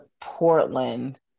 portland